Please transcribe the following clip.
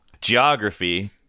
geography